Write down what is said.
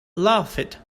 laughed